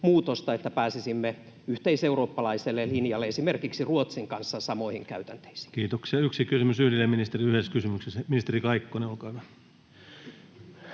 että pääsisimme yhteiseurooppalaiselle linjalle, esimerkiksi Ruotsin kanssa samoihin käytänteisiin? Kiitoksia. Yksi kysymys yhdelle ministerille yhdessä kysymyksessä. — Ministeri Kaikkonen, olkaa hyvä.